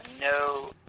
no